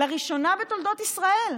לראשונה בתולדות ישראל.